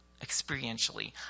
experientially